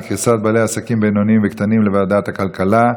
קריסת בעלי עסקים בינוניים וקטנים לוועדת הכלכלה?